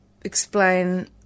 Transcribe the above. explain